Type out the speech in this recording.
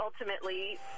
ultimately